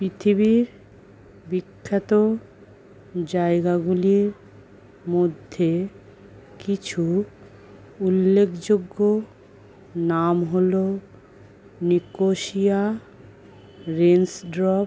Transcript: পৃথিবীর বিখ্যাত জায়গাগুলির মধ্যে কিছু উল্লেখযোগ্য নাম হলো নিকোসিয়া রেন্সড্রপ